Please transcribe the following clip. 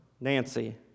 Nancy